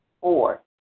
Four